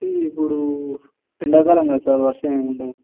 ఇప్పుడు ఎండాకాలం కదా సార్ వర్షం ఏమి ఉండదు